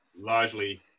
largely